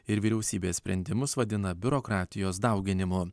ir vyriausybės sprendimus vadina biurokratijos dauginimu